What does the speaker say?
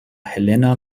helena